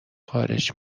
خارج